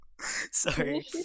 sorry